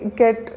get